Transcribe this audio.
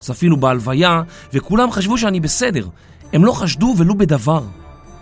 צפינו בהלוויה, וכולם חשבו שאני בסדר, הם לא חשדו ולו בדבר.